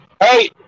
Hey